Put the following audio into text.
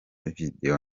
video